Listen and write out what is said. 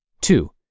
Two